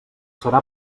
serà